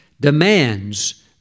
demands